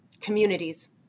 communities